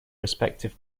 respective